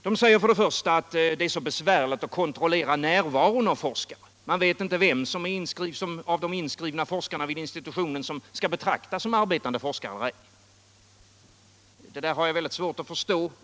Det sägs först och främst att det är besvärligt att kontrollera närvaron av forskare och att man inte vet vem av de vid institutionen inskrivna forskarna som skall betraktas som arbetande forskare. Det där har jag svårt att förstå.